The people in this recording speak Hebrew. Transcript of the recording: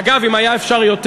אגב, אם היה אפשר יותר?